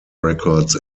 records